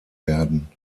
werden